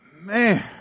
Man